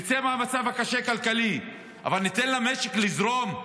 נצא מהמצב הכלכלי הקשה, אבל ניתן למשק לזרום,